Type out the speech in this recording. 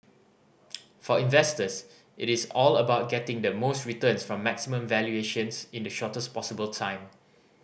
for investors it is all about getting the most returns from maximum valuations in the shortest possible time